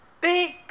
big